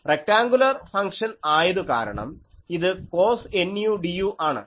rectangular function ആയതു കാരണം ഇത് cos nu du ആണ്